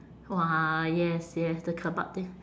!wah! yes yes the kebab thing